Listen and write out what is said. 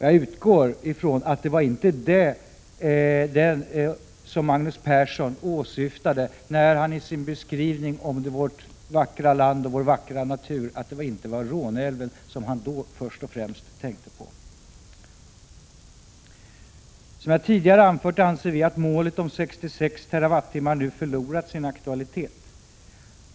Jag utgår från att det inte var Råneälven som Magnus Persson åsyftade när han beskrev vårt vackra land och vår vackra natur. Som jag tidigare anfört anser vi moderater att målet 66 TWh nu har förlorat sin aktualitet.